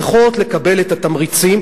צריכות לקבל את התמריצים.